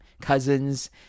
cousins